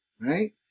right